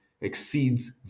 exceeds